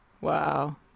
Wow